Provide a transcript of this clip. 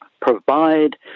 provide